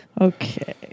Okay